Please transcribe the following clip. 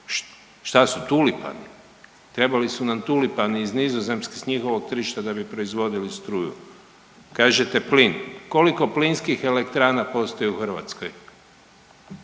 Šta su tulipani? Trebali su nam tulipani iz Nizozemske s njihovog tržišta da bi proizvodili struju. Kažete plin. Koliko plinskih elektrana postoji u Hrvatskoj?